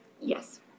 Yes